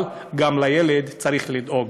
אבל גם לילד צריך לדאוג.